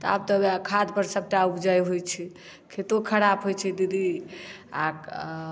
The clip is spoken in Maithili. तऽ आब तऽ उएह खादपर सभटा उपजाइ होइ छै खेतो खराब होइ छै दीदी आ